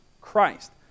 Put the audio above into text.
Christ